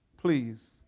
Please